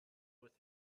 with